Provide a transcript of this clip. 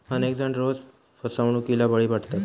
अनेक जण रोज फसवणुकीला बळी पडतात